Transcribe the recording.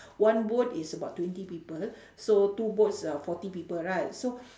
one boat is about twenty people so two boats is uh forty people right so